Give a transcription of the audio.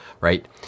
right